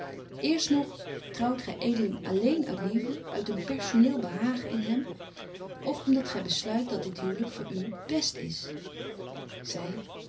eerst nog trouwt gy edeling alléén uit liefde uit een personeel behagen in hem of om dat gy besluit dat dit huwlyk voor betje